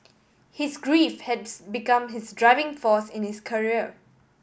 his grief has become his driving force in his career